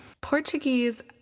Portuguese